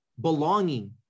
belonging